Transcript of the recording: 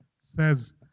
says